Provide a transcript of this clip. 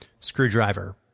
screwdriver